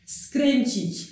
skręcić